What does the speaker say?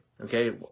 okay